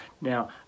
Now